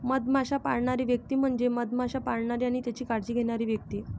मधमाश्या पाळणारी व्यक्ती म्हणजे मधमाश्या पाळणारी आणि त्यांची काळजी घेणारी व्यक्ती